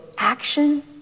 action